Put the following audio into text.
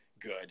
good